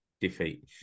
defeat